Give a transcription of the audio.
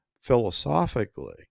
philosophically